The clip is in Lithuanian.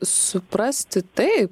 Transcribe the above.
suprasti tai